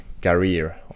career